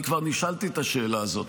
כבר נשאלתי את השאלה הזאת.